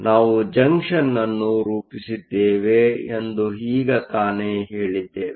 ನಾವು ಜಂಕ್ಷನ್ ಅನ್ನು ರೂಪಿಸಿದ್ದೇವೆ ಎಂದು ಈಗ ತಾನೇ ಹೆಳಿದ್ದೇವೆ